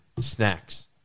Snacks